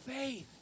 faith